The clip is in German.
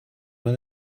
man